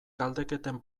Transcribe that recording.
galdeketen